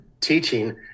teaching